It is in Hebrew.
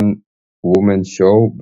וואן וומן שואו,